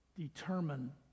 determine